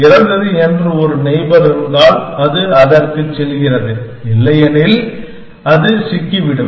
சிறந்தது என்று ஒரு நெய்பர் இருந்தால் அது அதற்குச் செல்கிறது இல்லையெனில் அது சிக்கிவிடும்